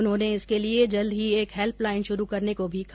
उन्होंने इसके लिए जल्द ही एक हैल्पलाइन शुरू करने को भी कहा